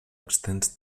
extens